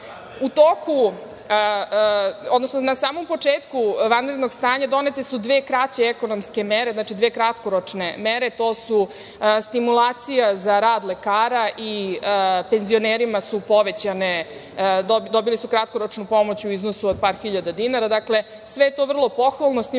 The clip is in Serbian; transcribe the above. svoje bližnje. Na samom početku vanrednog stanja donete su dve kraće ekonomske mere, znači, dve kratkoročne mere, stimulacija za rad lekara i penzioneri su dobili kratkoročnu pomoć u iznosu od par hiljada dinara. Sve je to vrlo pohvalno, s tim